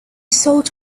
sold